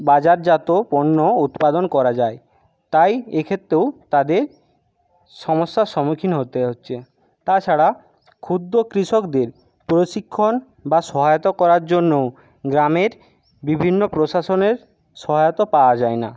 বাজারজাত পণ্য উৎপাদন করা যায় তাই এক্ষেত্তেও তাদের সমস্যার সমুখীন হতে হচ্ছে তাছাড়া ক্ষুদ্র কৃষকদের প্রশিক্ষণ বা সহায়তা করার জন্যও গ্রামের বিভিন্ন প্রশাসনের সহায়তা পাওয়া যায় না